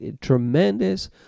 Tremendous